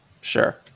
Sure